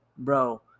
Bro